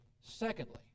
Secondly